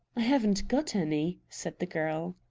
i haven't got any! said the girl.